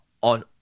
on